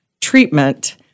treatment